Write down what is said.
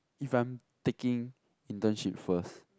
if I'm taking internship first